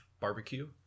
barbecue